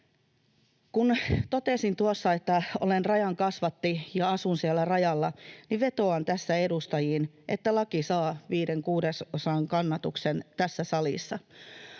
Kun totesin tuossa, että olen rajan kasvatti ja asun siellä rajalla, niin vetoan tässä edustajiin, että laki saa viiden kuudesosan kannatuksen tässä salissa.